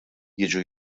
jiġu